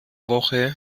woche